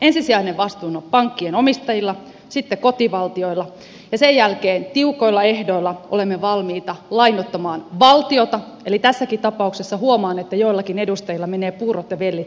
ensisijainen vastuu on pankkien omistajilla sitten kotivaltioilla ja sen jälkeen tiukoilla ehdoilla olemme valmiita lainoittamaan valtiota eli tässäkin tapauksessa huomaan että joillakin edustajilla menevät puurot ja vellit sekaisin